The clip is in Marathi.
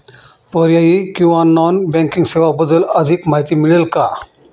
पर्यायी किंवा नॉन बँकिंग सेवांबद्दल अधिक माहिती मिळेल का?